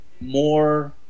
more